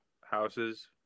houses